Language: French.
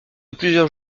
plusieurs